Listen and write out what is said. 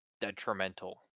detrimental